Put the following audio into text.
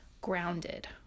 grounded